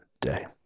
day